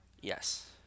Yes